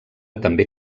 també